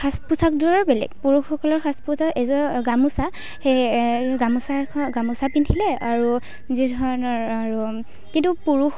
সাজ পোচাকযোৰো বেলেগ পুৰুষসকলৰ সাজ পোচাক এযোৰ গামোচা সেই গামোচাখন গামোচা পিন্ধিলে আৰু যি ধৰণৰ আৰু কিন্তু পুৰুষ